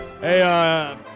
Hey